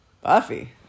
Buffy